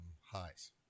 highs